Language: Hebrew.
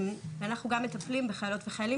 אנחנו גם מטפלים בחיילות ובחיילים